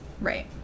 Right